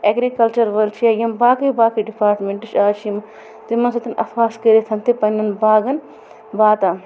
agriculture وٲلۍ چھِ یا یِم باقٕے باقٕے ڈِپارٹمٮ۪نٛٹ آزٕ چھِ تِمن سۭتۍ اَتھٕ واس کٔرِتھ تہِ پنٛنٮ۪ن باغن واتان